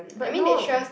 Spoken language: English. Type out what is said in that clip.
but no